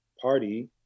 party